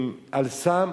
אם "אל סם"